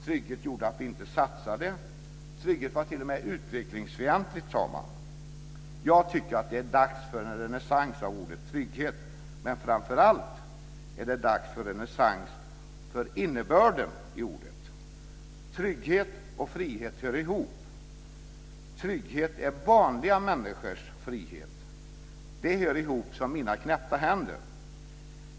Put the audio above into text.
Trygghet gjorde att vi inte satsade. Trygghet var t.o.m. utvecklingsfientligt, sade man. Det är dags för en renässans för ordet trygghet. Framför allt är det dags för en renässans för ordets innebörd. Trygghet och frihet hör ihop. Trygghet är vanliga människors frihet. De begreppen hör ihop som mina knäppta händer.